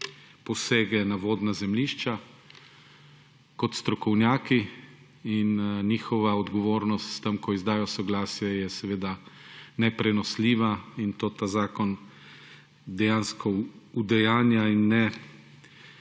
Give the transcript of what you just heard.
posege na vodna zemljišča kot strokovnjaki in njihova odgovornost, s tem ko izdajo soglasje, je seveda neprenosljiva. To ta zakon dejansko udejanja in ne